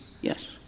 Yes